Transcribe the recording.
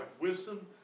wisdom